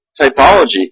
typology